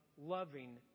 loving